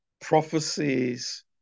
prophecies